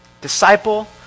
Disciple